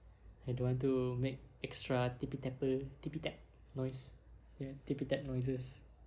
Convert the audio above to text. I don't want to make extra tippy tapper tippy tap noise ya tippy tap noises